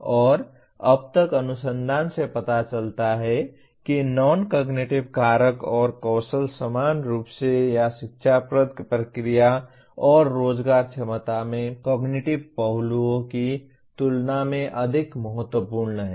और अब तक अनुसंधान से पता चलता है कि नॉन कॉग्निटिव कारक और कौशल समान रूप से या शिक्षाप्रद प्रक्रिया और रोजगार क्षमता में कॉग्निटिव पहलुओं की तुलना में अधिक महत्वपूर्ण हैं